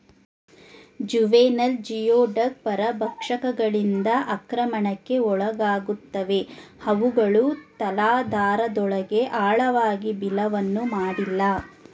juvenile geoduck ಪರಭಕ್ಷಕಗಳಿಂದ ಆಕ್ರಮಣಕ್ಕೆ ಒಳಗಾಗುತ್ತವೆ ಅವುಗಳು ತಲಾಧಾರದೊಳಗೆ ಆಳವಾಗಿ ಬಿಲವನ್ನು ಮಾಡಿಲ್ಲ